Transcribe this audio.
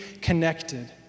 connected